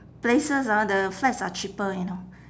places ah the flats are cheaper you know